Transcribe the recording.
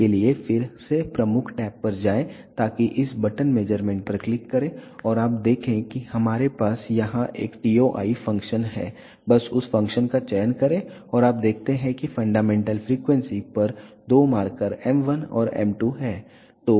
उसके लिए फिर से प्रमुख टैब पर जाएं ताकि इस बटन मेज़रमेंट पर क्लिक करें और आप देखें कि आपके पास यहां एक TOI फ़ंक्शन है बस उस फ़ंक्शन का चयन करें और आप देखते हैं कि फंडामेंटल फ्रीक्वेंसी पर दो मार्कर एम 1 और एम 2 हैं